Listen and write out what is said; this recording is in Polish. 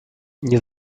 nie